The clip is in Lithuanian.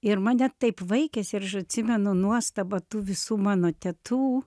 ir mane taip vaikėsi ir aš atsimenu nuostabą tų visų mano tetų